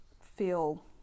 feel